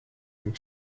dem